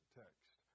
text